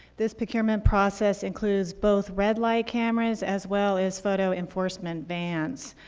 this procurement process includes both red light cameras as well as photo enforcement vans.